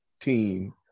team